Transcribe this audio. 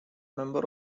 member